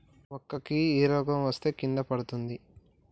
మక్కా కి ఏ రోగం వస్తే కింద పడుతుంది?